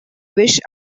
wish